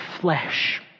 flesh